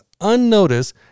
unnoticed